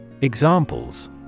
Examples